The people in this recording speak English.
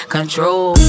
Control